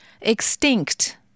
extinct